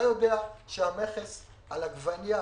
אתה יודע שהמכס על עגבנייה